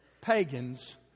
pagans